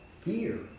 fear